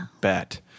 bet